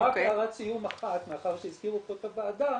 הערת סיום אחת, מכיוון שהזכירו כאן את הוועדה,